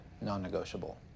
non-negotiable